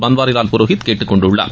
பன்வாரிலால் புரோஹித் கேட்டுக் கொண்டுள்ளார்